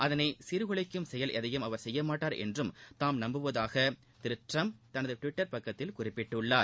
அதனை சீர்குலைக்கும் செயல் எதையும் அவர் செய்யமாட்டார் என்றும் தாம் நம்புவதாக திரு ட்ரம்ப் தனது டுவிட்டர் பக்கத்தில் குறிப்பிட்டுள்ளார்